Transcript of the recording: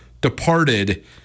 departed